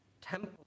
temple